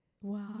wow